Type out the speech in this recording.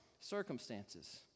circumstances